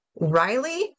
Riley